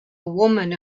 woman